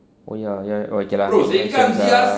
oh ya ya okay lah